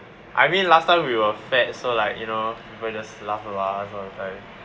I mean last time we were fat so like you know people just laugh at us all the time